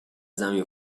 زمین